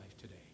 today